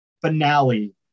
finale